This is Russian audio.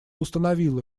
установила